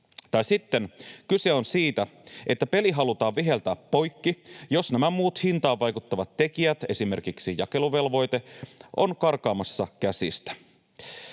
tai sitten kyse on siitä, että peli halutaan viheltää poikki, jos nämä muut hintaan vaikuttavat tekijät, esimerkiksi jakeluvelvoite, on karkaamassa käsistä.